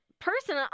person